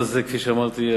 כפי שאמרתי,